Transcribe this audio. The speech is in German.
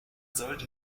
sollten